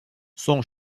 son